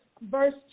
verse